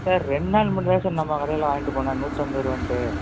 sir ரெண்டு நாள் முன்னாடி தான் சார் நம்ம கடையில் வாங்கிட்டுப்போனேன் நூற்றம்பது ருபான்ட்டு